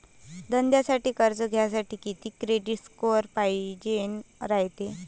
धंद्यासाठी कर्ज घ्यासाठी कितीक क्रेडिट स्कोर पायजेन रायते?